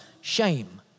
shame